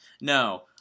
no